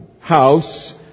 house